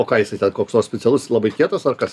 o ką jisai ten koks nors specialus labai kietas ar kas